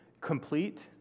complete